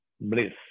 bliss